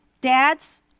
dads